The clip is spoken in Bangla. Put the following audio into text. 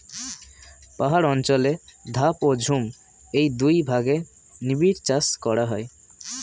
পাহাড় অঞ্চলে ধাপ ও ঝুম এই দুই ভাগে নিবিড় চাষ করা হয়